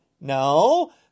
No